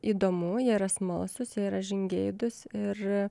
įdomu jie yra smalsūs jie yra žingeidūs ir